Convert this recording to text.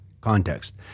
Context